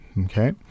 Okay